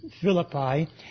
Philippi